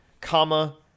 comma